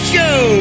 Show